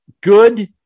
Good